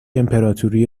امپراتوری